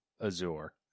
Azure